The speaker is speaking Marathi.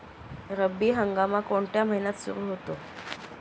रब्बी हंगाम कोणत्या महिन्यात सुरु होतो?